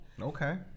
Okay